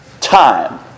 time